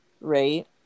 right